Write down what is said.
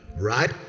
right